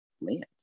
land